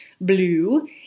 blue